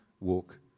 walk